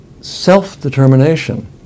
self-determination